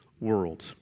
world